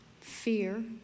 fear